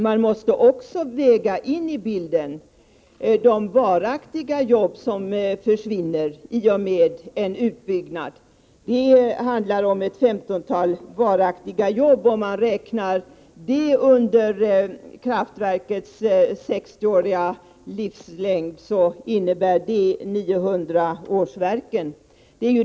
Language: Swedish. Man måste också väga in i bilden de varaktiga jobb som försvinner i och med en utbyggnad. Det handlar om ett femtontal sådana jobb. Om man räknar med dem under kraftverkets 60-åriga livslängd innebär det 900 årsverken.